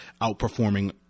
outperforming